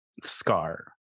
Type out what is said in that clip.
Scar